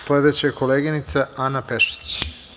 Sledeća je koleginica Ana Pešić.